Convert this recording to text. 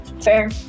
Fair